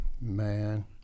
man